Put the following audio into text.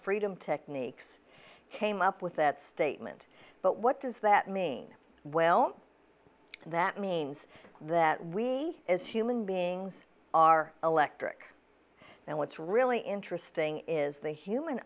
freedom techniques came up with that statement but what does that mean we'll that means that we as human beings are electric and what's really interesting is the human